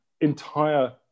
entire